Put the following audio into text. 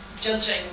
judging